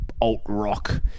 alt-rock